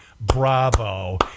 bravo